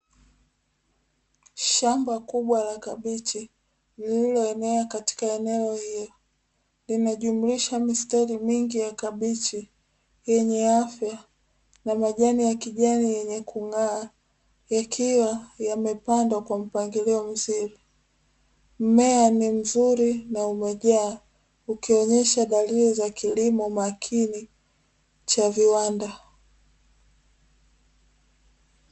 Shamba kubwa la kabichi, lililoenea katika eneo hilo. Linajumuisha mistari mingi ya kabichi yenye afya, na majani ya kijana yenye kung’aa, yakiwa yamepandwa kwa mpangilio mzuri. Mmea ni mzuri na umejaa, ukionyesha dalili za kilimo makini cha viwanda.